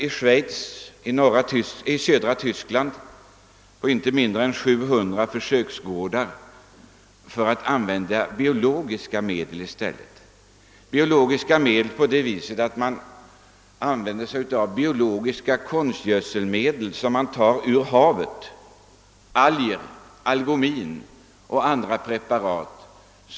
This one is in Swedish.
I Schweiz och södra Tyskland är man nu på inte mindre än 700 gårdar sysselsatt med försök att i stället använda biologiska medel, d. v. s. konstgödselmedel som man tar ur havet: alger, algomin och andra preparat.